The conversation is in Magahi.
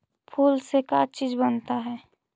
फूल से का चीज बनता है?